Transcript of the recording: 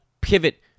pivot